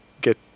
get